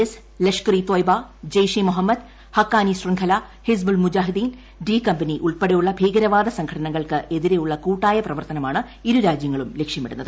S Lashkar e Taiba Jaish e Mohammed Haqqani ശൃംഖല Hizbul Mujahideen D company ഉൾപ്പെടെയുള്ള ഭീകരവാദ സംഘടനകൾക്ക് എതിരെയുള്ള കൂട്ടായ പ്രവർത്തനമാണ് ഇരു രാജ്യങ്ങളും ലക്ഷ്യമിടുന്നത്